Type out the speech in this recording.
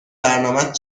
برنامهت